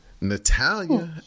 Natalia